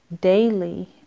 daily